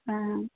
অঁ